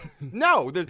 No